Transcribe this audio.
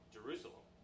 Jerusalem